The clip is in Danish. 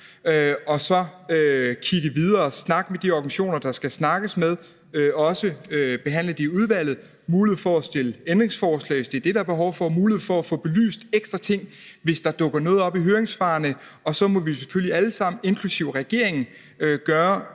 og så arbejde videre og snakke med de organisationer, der skal snakkes med, og også behandle det i udvalget og stille ændringsforslag, hvis det er det, der er behov for, og få belyst ekstra ting, hvis der dukker noget op i høringssvarene. Så må vi jo selvfølgelig alle sammen inklusive regeringen gøre